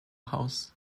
house